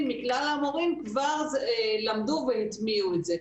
מכלל המורים כבר למדו והטמיעו את זה.